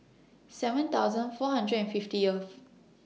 seven thousand four hundred and fiftieth